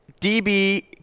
DB